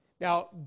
Now